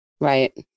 Right